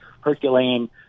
Herculean